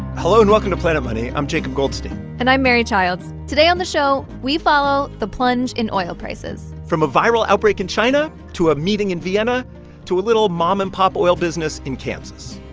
hello, and welcome to planet money. i'm jacob goldstein and i'm mary childs. today on the show, we follow the plunge in oil prices from a viral outbreak in china to a meeting in vienna to a little mom and pop oil business in kansas